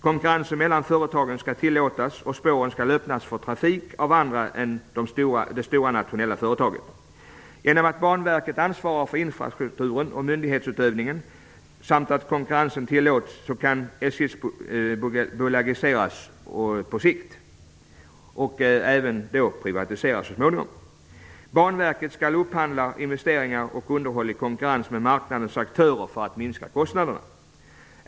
Konkurrens mellan företagen skall tillåtas, och spåren skall öppnas för trafik av andra än det stora nationella företaget. Genom att Banverket ansvarar för infrastrukturen och myndighetsutövningen samt att konkurrens tillåts kan SJ på sikt bolagiseras och så småningom även privatiseras. Banverket skall upphandla investeringar och konkurrens mellan marknadens aktörer för att minska kostnaderna.